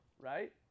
Right